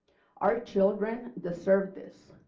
our children deserve this.